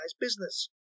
business